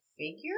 figure